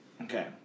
Okay